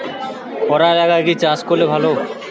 খরা এলাকায় কি চাষ করলে ভালো?